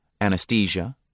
anesthesia